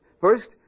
First